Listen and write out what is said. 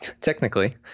Technically